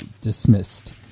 dismissed